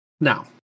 Now